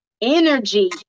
Energy